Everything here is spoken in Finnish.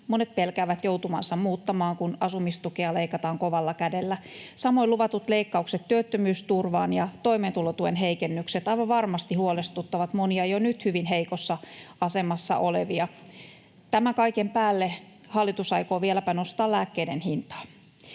Monet pelkäävät joutuvansa muuttamaan, kun asumistukea leikataan kovalla kädellä. Samoin luvatut leikkaukset työttömyysturvaan ja toimeentulotuen heikennykset aivan varmasti huolestuttavat monia jo nyt hyvin heikossa asemassa olevia. Tämän kaiken päälle hallitus aikoo vieläpä nostaa lääkkeiden hintaa.